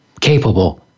capable